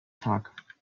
tag